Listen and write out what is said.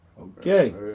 Okay